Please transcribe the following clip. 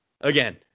Again